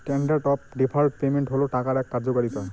standard of deferred payment হল টাকার এক কার্যকারিতা